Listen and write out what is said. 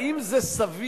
האם זה סביר